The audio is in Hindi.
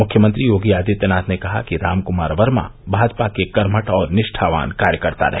मुख्यमंत्री योगी आदित्यनाथ ने कहा कि रामकुमार वर्मा भाजपा के कर्मठ और निष्ठावान कार्यकर्ता रहे